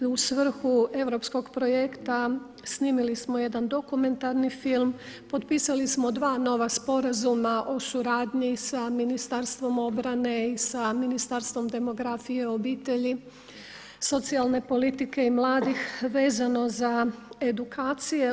U svrhu europskog projekta snimili smo jedan dokumentarni film, potpisali smo dva nova sporazuma o suradnji sa Ministarstvom obrane i sa Ministarstvom demografije, obitelji, socijalne politike i mladih vezano za edukacije.